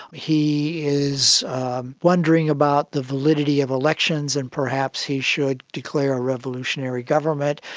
he is wondering about the validity of elections and perhaps he should declare a revolutionary government,